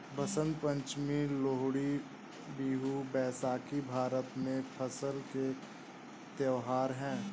बसंत पंचमी, लोहड़ी, बिहू, बैसाखी भारत में फसल के त्योहार हैं